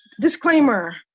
disclaimer